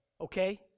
okay